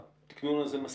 התקנון הזה מספיק?